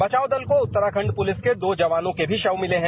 बचाव दल को उत्तराखंड प्रलिस के दो जवानों के भी शव मिले हैं